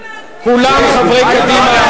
כולם חברי קדימה,